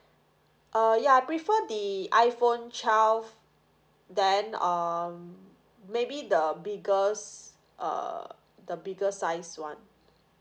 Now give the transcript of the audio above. uh ya I prefer the iPhone twelve then um maybe the biggest err the biggest size one